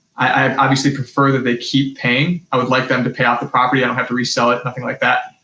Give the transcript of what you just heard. i obviously prefer that they keep paying, i would like them to pay off the property, i don't have to resell it, nothing like that.